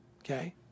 Okay